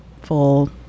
full